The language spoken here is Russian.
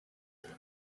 тут